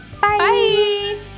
Bye